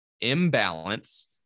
imbalance